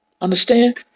understand